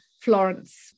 Florence